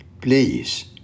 Please